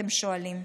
אתם שואלים.